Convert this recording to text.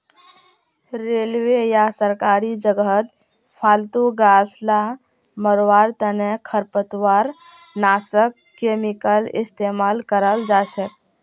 railway या सरकारी जगहत फालतू गाछ ला मरवार तने खरपतवारनाशक केमिकल इस्तेमाल कराल जाछेक